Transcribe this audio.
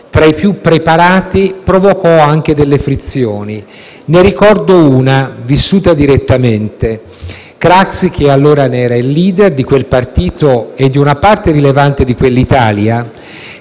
tra i più preparati, provocò allora anche delle frizioni. Ne ricordo una, vissuta direttamente: Craxi, che allora era il *leader* di quel partito e di una parte rilevante di quell'Italia,